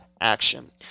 action